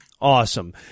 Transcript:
Awesome